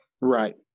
Right